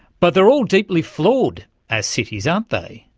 but they are all deeply flawed as cities, aren't they.